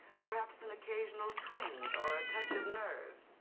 perhaps an occasional twinge or a touch of nerves,